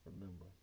Remember